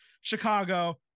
Chicago